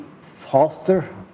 faster